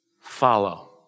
follow